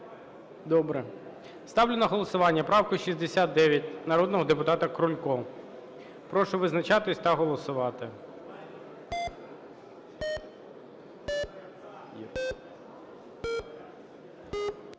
Добре. Ставлю на голосування правку 69 народного депутата Крулька. Прошу визначатись та голосувати.